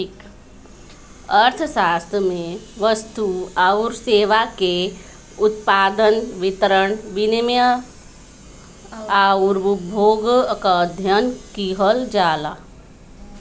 अर्थशास्त्र में वस्तु आउर सेवा के उत्पादन, वितरण, विनिमय आउर उपभोग क अध्ययन किहल जाला